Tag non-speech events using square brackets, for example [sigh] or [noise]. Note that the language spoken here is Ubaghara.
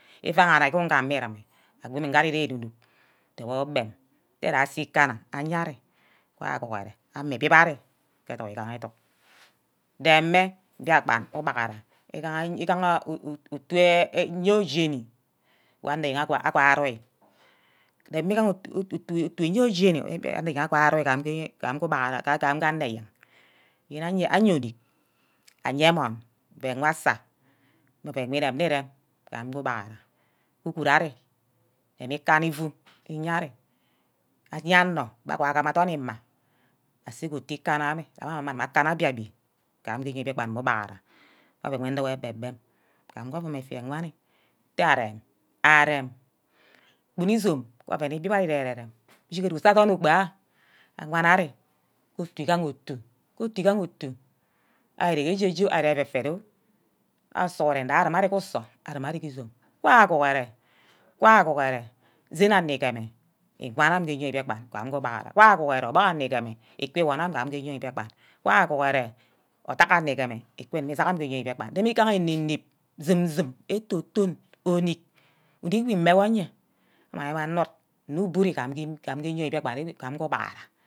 Ivanghana kan gameh urume, agonni nge ari ere enuck nuck ndewor ogbem ntte ja ase ikana aje ari wana aguhure amina igbi ari ke educk igaha educk deme biakpan ubaghara igaha utu oye jeni wor anor eyen aqua-qui, demeigaha utu wor jeni [hesitation] ga onor eyen, yene eye onick, aye emon, oven war asa mme oven wu irem ni irem amih ku ubaghara, kukuru ari, rem ikana ifu iye ari, aya onor wor agam adorn ima, ase ke otu ikana amang mme aguba akana barbi mme gba ngure gba mme ubaghara gu oven nduwor egbem-bem gam ke ovum effia wani nte arim, arim kpo izome ke oven igbi wor ari ere ke ere rem, wor udumu usu adorn ogbor agam awan ari, utu igaah otu, itu igaha utu ari ere ke eje jeho, ari ire ke efe-fene oh awor sughuren je arime ari ku usor, arime ar ke izome wn aghuhure, wa aguhure sen anor igeme iwan ari eyoi mbiakpan, wa aguhure eyerk esen iwan ai eyoi mbiakpan ami ke ugbarah wa guhuren orbuck anigemeh iku uwani ari ke eyoi mbiakpan, wa aguhure adack onor igeme isack amin ke osot mbikpan, but eigaha enep-nep zum-zum etto-ton, onick onick wu ime wor nye mang mme ava anud nne ubiri gana [hesitation]